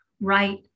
right